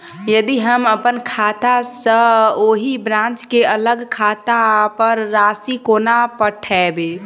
यदि हम अप्पन खाता सँ ओही ब्रांच केँ अलग खाता पर राशि कोना पठेबै?